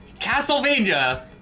castlevania